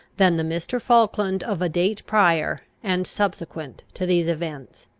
than the mr. falkland of a date prior and subsequent to these events.